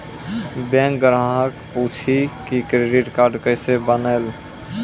Bank ग्राहक पुछी की क्रेडिट कार्ड केसे बनेल?